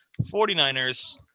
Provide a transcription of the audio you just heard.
49ers